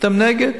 אתם נגד?